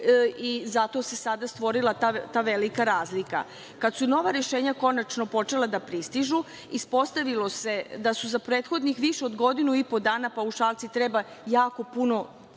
i zato se sada stvorila ta velika razlika. Kada su nova rešenja konačno počela da pristižu ispostavilo se da za prethodnih više od godinu i po dana paušalci treba jako puno